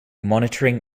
monitoring